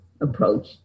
approach